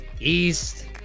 East